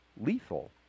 lethal